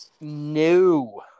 no